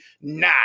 Nah